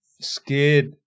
scared